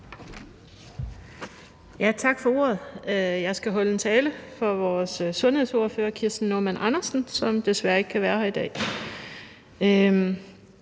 Tak for ordet. Jeg skal holde en tale for vores sundhedsordfører, Kirsten Normann Andersen, som desværre ikke kan være her i dag.